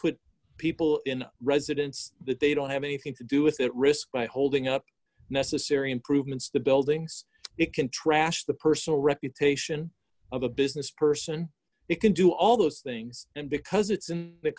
put people in residence that they don't have anything to do with that risk by holding up necessary improvements the buildings it can trash the personal reputation of a business person it can do all those things and because it's in the